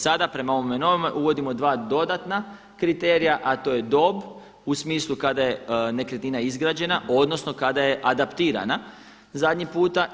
Sada prema ovome novome uvodimo dva dodatna kriterija, a to je dob u smislu kada je nekretnina izgrađena, odnosno kada je adaptirana zadnji puta.